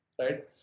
Right